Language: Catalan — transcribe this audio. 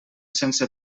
sense